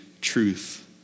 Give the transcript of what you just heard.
truth